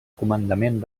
comandament